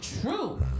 true